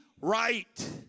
right